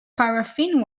paraffin